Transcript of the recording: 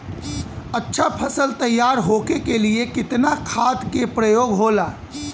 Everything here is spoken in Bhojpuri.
अच्छा फसल तैयार होके के लिए कितना खाद के प्रयोग होला?